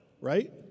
Right